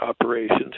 operations